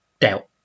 doubt